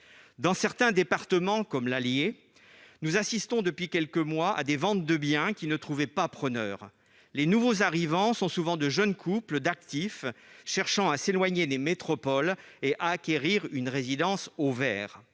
Dans certains départements comme l'Allier, nous assistons depuis quelques mois à des ventes de biens qui ne trouvaient pas preneurs. Les nouveaux arrivants sont souvent de jeunes couples d'actifs cherchant à s'éloigner des métropoles et à acquérir une résidence au vert.